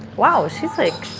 wow, she's, like,